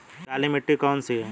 काली मिट्टी कौन सी है?